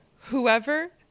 whoever